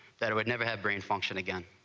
there would never have brain function again.